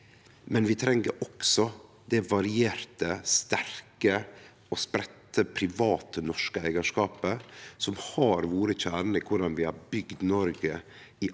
Men vi treng også det varierte, sterke og spreidde private norske eigarskapet, som har vore kjernen i korleis vi har bygd Noreg til